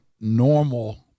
normal